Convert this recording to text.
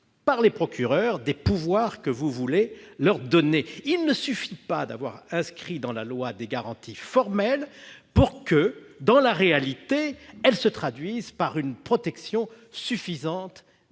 par les procureurs des pouvoirs que vous voulez leur donner. Il ne suffit pas d'avoir inscrit dans la loi des garanties formelles pour qu'elles se traduisent par une protection suffisante